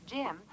Jim